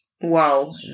Wow